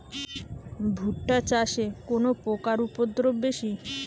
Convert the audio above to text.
ভুট্টা চাষে কোন পোকার উপদ্রব বেশি?